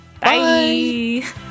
Bye